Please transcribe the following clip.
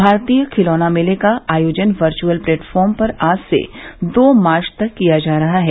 भारतीय खिलौना मेले का आयोजन कर्चुअल प्लेटफार्म पर आज से दो मार्च तक किया जा रहा है